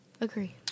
Agree